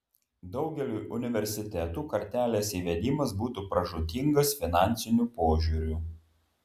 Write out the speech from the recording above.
daugeliui universitetų kartelės įvedimas būtų pražūtingas finansiniu požiūriu